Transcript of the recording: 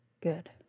Good